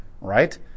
Right